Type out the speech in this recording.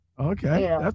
okay